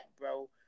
bro